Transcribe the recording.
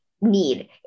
need